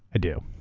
i do.